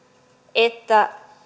että